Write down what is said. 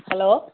hello